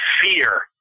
fear